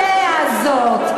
והוא יודע זאת.